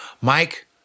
Mike